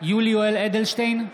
יולי יואל אדלשטיין,